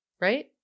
right